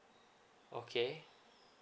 okay